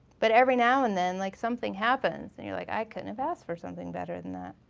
but every now and then like something happens and you're like i couldn't have asked for something better than that.